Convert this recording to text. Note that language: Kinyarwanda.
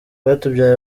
rwatubyaye